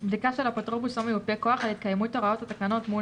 של אפוטרופוס או מיופה כוח על התקיימות הוראות התקנות מול